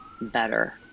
better